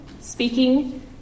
speaking